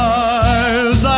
eyes